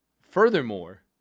Furthermore